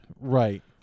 Right